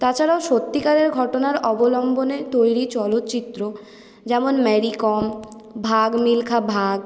তাছাড়াও সত্যিকারের ঘটনার অবলম্বনে তৈরি চলচ্চিত্র যেমন মেরি কম ভাগ মিলখা ভাগ